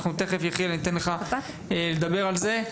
תכף ניתן ליחיאל לדבר על זה.